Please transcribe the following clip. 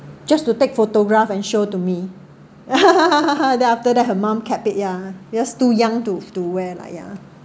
just to take photograph and show to me then after that her mum kept it ya just too young to to wear lah ya